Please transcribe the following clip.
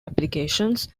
applications